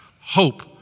Hope